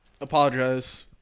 apologize